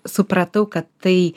supratau kad tai